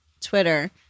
Twitter